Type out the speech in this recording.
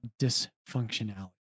dysfunctionality